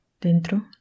Dentro